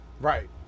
Right